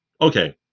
Okay